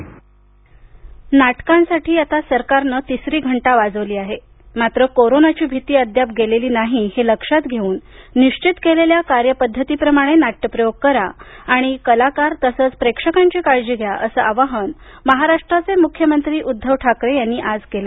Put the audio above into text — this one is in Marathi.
नाटक नाटकांसाठी आता सरकारने तिसरी घंटा वाजविली आहे मात्र कोरोनाची भीती अद्याप गेलेली नाही हे लक्षात घेऊन निश्चित केलेल्या कार्यपद्धतीप्रमाणे नाट्यप्रयोग करा आणि कलाकार तसेच प्रेक्षकांची काळजी घ्या असं आवाहन महाराष्ट्राचे मुख्यमंत्री उद्धव ठाकरे यांनी आज केलं